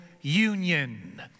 union